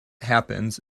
happens